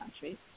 country